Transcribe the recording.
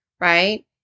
right